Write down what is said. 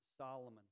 Solomon